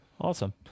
Awesome